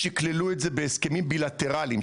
שיקללו את זה בהסכמים בי-לטראליים,